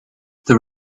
there